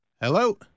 hello